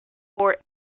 for